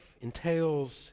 entails